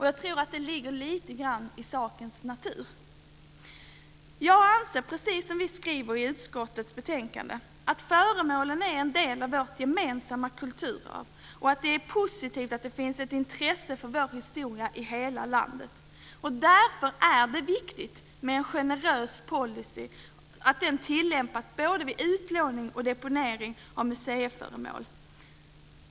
Jag tror att detta ligger lite grann i sakens natur. Jag anser, precis som vi skriver i utskottets betänkande, att föremålen är en del av vårt gemensamma kulturarv och att det är positivt att det finns ett intresse för vår historia i hela landet. Därför är det viktigt att en generös policy tillämpas både vid utlåning och vid deponering av museiföremål.